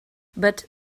but